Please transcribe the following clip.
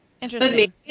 Interesting